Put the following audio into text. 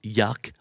yuck